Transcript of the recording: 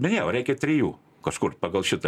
minėjau reikia trijų kažkur pagal šitą